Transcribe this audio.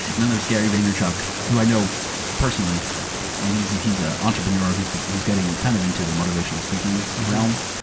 then there's gary vaynerchuk, who i know personally and he's he's a entrepreneur who's, who's getting kind of into the motivational speaking realm.